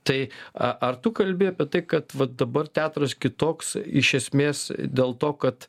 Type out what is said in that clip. tai a ar tu kalbi apie tai kad va dabar teatras kitoks iš esmės dėl to kad